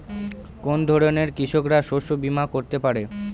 কোন ধরনের কৃষকরা শস্য বীমা করতে পারে?